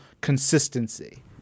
consistency